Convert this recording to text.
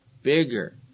Bigger